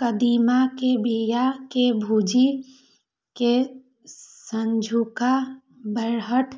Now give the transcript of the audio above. कदीमा के बिया कें भूजि कें संझुका बेरहट